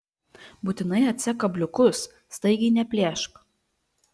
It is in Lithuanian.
būtinai atsek kabliukus staigiai neplėšk